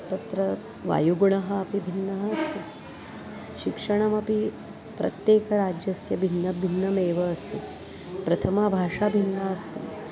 तत्र वायुगुणः अपि भिन्नः अस्ति शिक्षणमपि प्रत्येकराज्यस्य भिन्नभिन्नमेव अस्ति प्रथमा भाषा भिन्ना अस्ति